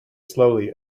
slowly